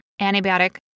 antibiotic